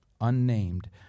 Unnamed